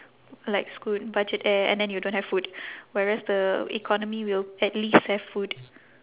like scoot budget air and then you don't have food whereas the economy will at least have food